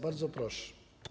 Bardzo proszę.